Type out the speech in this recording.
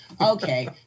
Okay